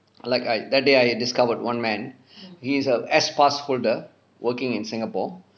like I that day I discovered one man he is a S pass holder working in singapore